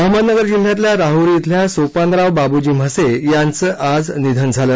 अहमदनगर जिल्ह्यातल्या राहुरी धिल्या सोपानराव बाबुजी म्हसे यांचं आज निधन झालं